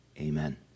Amen